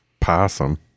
possum